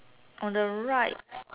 on the right